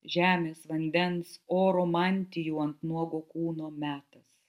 žemės vandens oro mantijų ant nuogo kūno metas